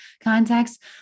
context